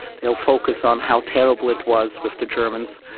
they will focus on how terrible it was with the germans,